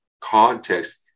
context